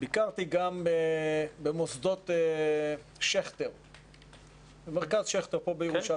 ביקרתי גם במוסדות מרכז שכטר בירושלים,